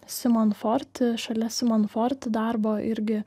simon fort šalia simono fort darbo irgi